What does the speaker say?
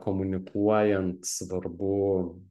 komunikuojant svarbu